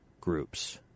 groups